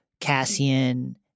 Cassian